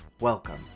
Welcome